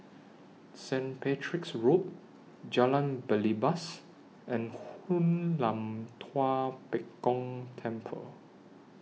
St Patrick's Road Jalan Belibas and Hoon Lam Tua Pek Kong Temple